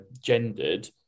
gendered